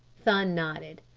thun nodded.